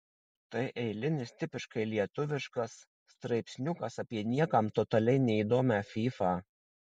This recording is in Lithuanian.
tai eilinis tipiškai lietuviškas straipsniukas apie niekam totaliai neįdomią fyfą